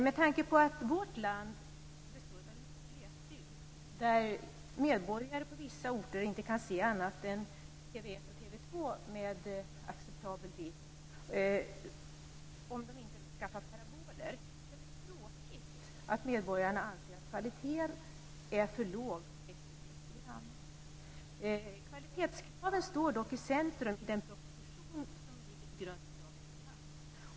Med tanke på att vårt land består av mycket glesbygd där medborgare på vissa orter inte kan se annat än TV 1 och TV 2 med acceptabel bild, om de inte skaffar paraboler, så är det tråkigt att medborgarna anser att kvaliteten är för låg på SVT:s program. Kvalitetskraven står dock i centrum i den proposition som ligger till grund för dagens debatt.